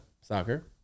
Soccer